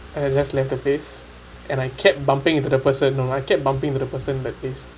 and I just left the place and I kept bumping into the person you know I kept bumping into that person that days